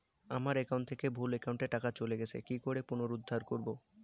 আমার একাউন্ট থেকে ভুল একাউন্টে টাকা চলে গেছে কি করে পুনরুদ্ধার করবো?